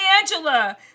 angela